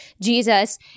Jesus